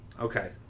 Okay